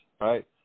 right